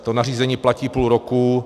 To nařízení platí už půl roku.